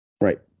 Right